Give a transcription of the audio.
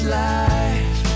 life